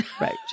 Right